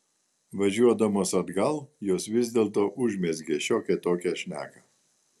važiuodamos atgal jos vis dėlto užmezgė šiokią tokią šneką